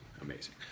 amazing